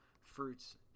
fruits